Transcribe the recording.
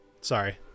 sorry